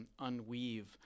unweave